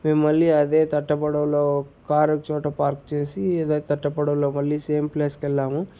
మేము మళ్ళీ అదే తట్ట పడవలో కార్ ఒకచోట పార్క్ చేసి ఇదే తట్ట పడవలో మళ్లీ సేమ్ ప్లేస్కి వెళ్ళాము